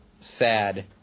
sad